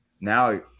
now